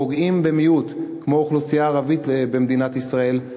פוגעים במיעוט כמו האוכלוסייה הערבית במדינת ישראל,